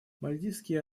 мальдивские